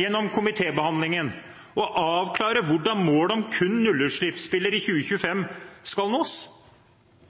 gjennom komitébehandlingen å avklare hvordan målet om kun nullutslippsbiler i 2025 skal nås.